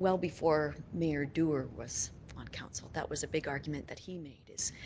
well before mayor duerr was on council. that was a big argument he made is